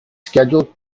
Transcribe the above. scheduled